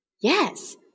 Yes